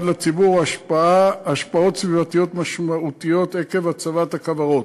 לציבור או השפעות סביבתיות משמעותיות עקב הצבת הכוורות.